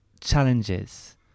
challenges